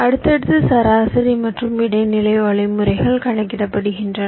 அடுத்தடுத்து சராசரி மற்றும் இடைநிலை வழிமுறைகள் கணக்கிடப்படுகின்றன